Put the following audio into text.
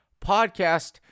Podcast